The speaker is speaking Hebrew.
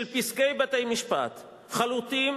פסקי בתי-משפט חלוטים,